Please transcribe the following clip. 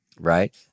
right